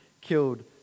killed